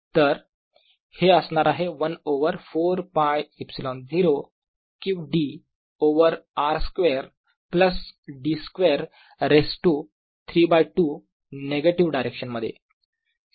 तर हे असणार आहे 1 over 4π ε0 q d over r square plus d square raise to 3 by 2 negative direction मध्ये